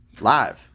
Live